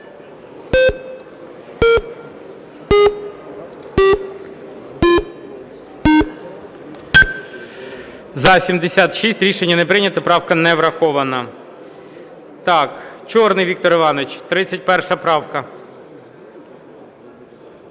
За-76 Рішення не прийнято. Правка не врахована. Так, Чорний Віктор Іванович, 31 правка.